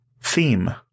theme